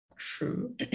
True